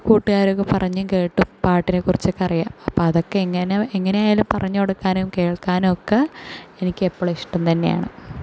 കൂട്ടുകാരൊക്കെ പറഞ്ഞും കേട്ടും പാട്ടിനെ കുറിച്ചൊക്കെ അറിയാം അപ്പം അതൊക്കെ എങ്ങനെ എങ്ങനെയായാലും പറഞ്ഞ് കൊടുക്കാനും കേൾക്കാനും ഒക്കെ എനിക്ക് എപ്പോഴും ഇഷ്ടം തന്നെ ആണ്